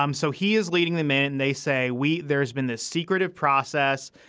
um so he is leading the man and they say we there's been this secretive process.